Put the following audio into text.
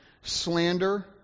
slander